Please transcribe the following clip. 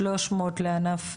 300 לענף,